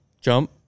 jump